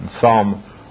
Psalm